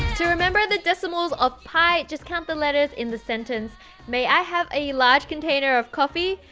to remember the decimals of pi, just count the letters in the sentence may i have a large container of coffee,